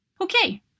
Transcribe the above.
Okay